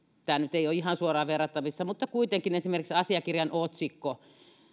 tämä nyt ei ole ihan suoraan verrattavissa mutta kuitenkin esimerkiksi asiakirjan otsikko